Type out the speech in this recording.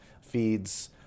feeds